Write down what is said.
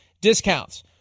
discounts